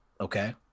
okay